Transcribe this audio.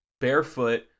barefoot